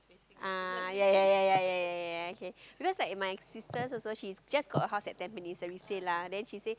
ah ya ya ya ya ya ya ya okay cause like my sister she just got her house at Tampines at resale lah then she say